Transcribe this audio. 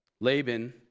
Laban